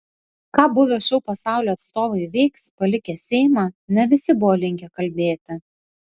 ką buvę šou pasaulio atstovai veiks palikę seimą ne visi buvo linkę kalbėti